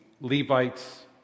Levites